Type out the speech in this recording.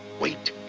wait.